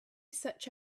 such